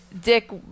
Dick